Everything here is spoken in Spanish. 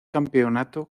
campeonato